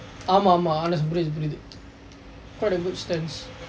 ஆமாம் ஆமாம்:aamaam aamaam quite a good stance